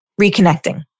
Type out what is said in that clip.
reconnecting